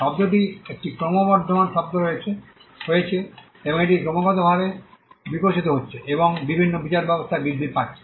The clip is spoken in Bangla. শব্দটি একটি ক্রমবর্ধমান শব্দ হয়েছে এবং এটি ক্রমাগতভাবে বিকশিত হচ্ছে এবং বিভিন্ন বিচারব্যবস্থায় বৃদ্ধি পাচ্ছে